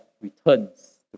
returns